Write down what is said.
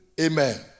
Amen